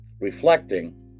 reflecting